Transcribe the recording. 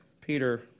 Peter